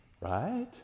Right